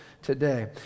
Today